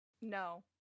no